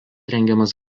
rengiamas